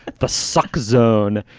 the suck zone.